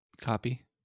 Copy